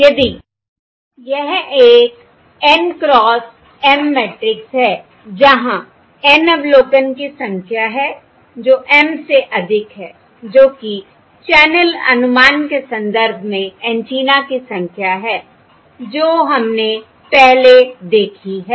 यदि यह एक N क्रॉस M मैट्रिक्स है जहां N अवलोकन की संख्या है जो M से अधिक हैजो कि चैनल अनुमान के संदर्भ में एन्टीना की संख्या है जो हमने पहले देखी है